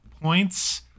points